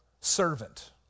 servant